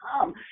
come